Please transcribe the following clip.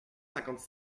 cinquante